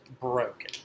broken